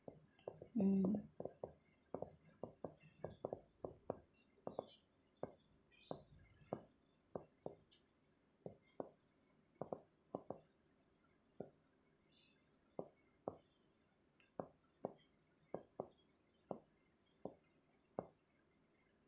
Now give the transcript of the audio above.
mm